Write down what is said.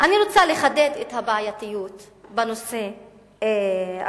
רוצה לחדד את הבעייתיות בנושא אחוז